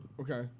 Okay